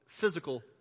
physical